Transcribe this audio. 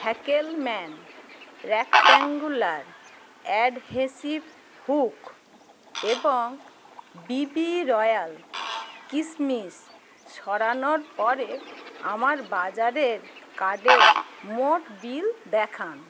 Fackelmann rectangular adhesive hook এবং B B royal কিশমিশ সরানোর পরে আমার বাজারের কার্ডের মোট বিল দেখান